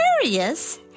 Curious